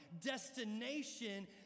destination